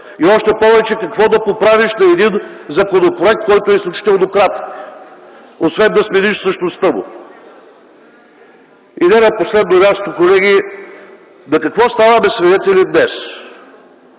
Още повече, какво да поправиш на един законопроект, който е изключително кратък, освен да смениш същността му? И не на последно място, колеги, на какво ставаме свидетели днес?